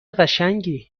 قشنگی